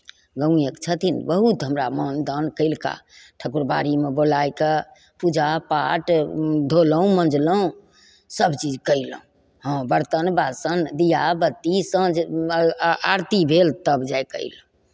गाँवेके छथिन बहुत हमरा मानदान कयलका ठकुरबारीमे बोलाए कऽ पूजापाठ धोलहुँ मँजलहुँ सभचीज कयलहुँ हँ बरतन बासन दिया बत्ती साँझ आ आरती भेल तब जाए कऽ अयलहुँ